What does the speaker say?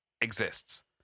exists